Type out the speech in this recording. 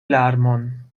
larmon